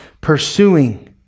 pursuing